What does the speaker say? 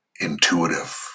intuitive